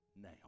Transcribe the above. now